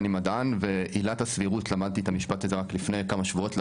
אני מדען ועילת הסבירות למדתי את המשפט הזה רק לפני כמה שבועות לראשונה,